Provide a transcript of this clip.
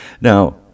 Now